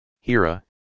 hira